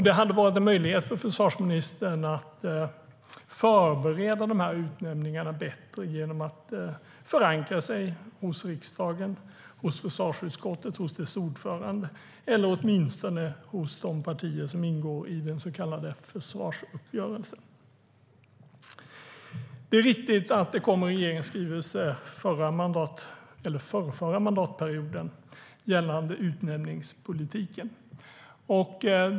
Det hade varit en möjlighet för försvarsministern att förbereda de här utnämningarna bättre genom att förankra dem hos riksdagen - hos försvarsutskottet och dess ordförande, eller åtminstone hos de partier som ingår i den så kallade försvarsuppgörelsen. Det är riktigt att det under förrförra mandatperioden kom en regeringsskrivelse gällande utnämningspolitiken.